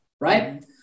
right